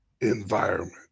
environment